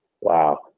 wow